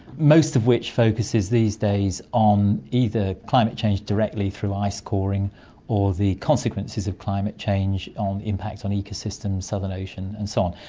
most of which focuses these days on either climate change directly through ice coring or the consequences of climate change, the um impact on ecosystems, southern ocean and so on.